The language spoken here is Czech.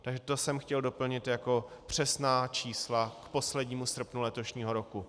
Takže to jsem chtěl doplnit jako přesná čísla k poslednímu srpnu letošního roku.